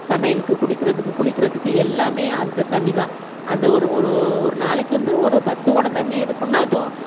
சமையலுக்கு குடிக்கின்றதுக்கு குளிக்கின்றதுக்கு எல்லாமே அந்த தண்ணி தான் அந்த ஒரு ஒரு ஒரு நாளைக்கு வந்து ஒரு பத்துக் குடம் தண்ணி எடுக்கணும்னா இப்போது